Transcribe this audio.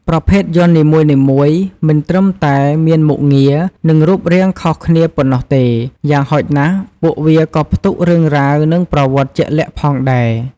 ប្រភេទយ័ន្តនីមួយៗមិនត្រឹមតែមានមុខងារ និងរូបរាងខុសគ្នាប៉ុណ្ណោះទេ យ៉ាងហោចណាស់ ពួកវាក៏ផ្ទុករឿងរ៉ាវ និងប្រវត្តិជាក់លាក់ផងដែរ ។